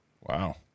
Wow